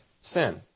sin